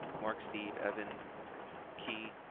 mark. steve, evan key.